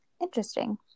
Interesting